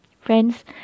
Friends